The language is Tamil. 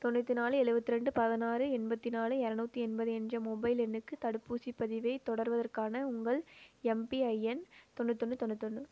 தொண்ணூற்றி நாலு எழுபத்ரெண்டு பதினாறு எண்பத்தி நாலு இரநூத்தி எண்பது என்ற மொபைல் எண்ணுக்கு தடுப்பூசிப் பதிவைத் தொடர்வதற்கான உங்கள் எம்பிஐஎன் தொண்ணூத்தொன்று தொண்ணூத்தொன்று